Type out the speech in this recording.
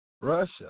Russia